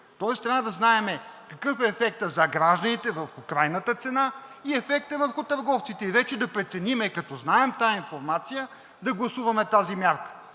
тоест трябва да знаем какъв е ефектът за гражданите върху крайната цена и ефекта върху търговците и вече да преценим, като знаем тази информация, да гласуваме тази мярка.